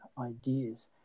ideas